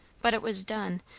but it was done,